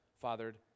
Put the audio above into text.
fathered